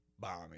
bombing